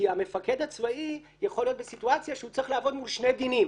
כי המפקד הצבאי יכול להיות בסיטואציה שהוא צריך לעבוד מול שני דינים